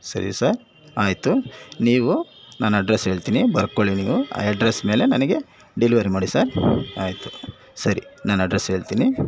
ಸರಿ ಸರ್ ಆಯಿತು ನೀವು ನನ್ನ ಅಡ್ರಸ್ ಹೇಳ್ತೀನಿ ಬರ್ಕೊಳ್ಳಿ ನೀವು ಆ ಅಡ್ರಸ್ ಮೇಲೆ ನನಗೆ ಡಿಲಿವರಿ ಮಾಡಿ ಸರ್ ಆಯಿತು ಸರಿ ನಾನು ಅಡ್ರಸ್ ಹೇಳ್ತೀನಿ